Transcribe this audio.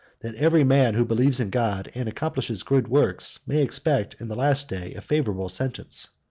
that every man who believes in god, and accomplishes good works, may expect in the last day a favorable sentence.